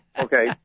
okay